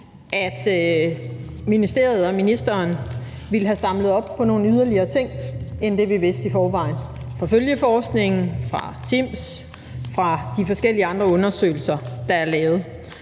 at ministeriet og ministeren ville have samlet op på nogle yderligere ting end det, vi vidste i forvejen fra følgeforskningen, fra Timss og fra de forskellige andre undersøgelser, der er lavet.